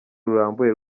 rurambuye